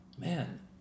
man